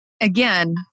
again